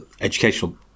educational